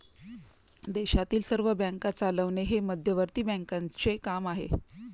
देशातील सर्व बँका चालवणे हे मध्यवर्ती बँकांचे काम आहे